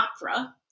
opera